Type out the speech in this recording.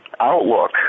Outlook